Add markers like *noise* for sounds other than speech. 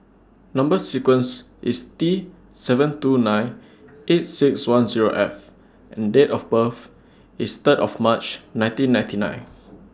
Number sequence IS T seven two nine *noise* eight six one Zero F and Date of birth IS Third of March nineteen ninety nine *noise*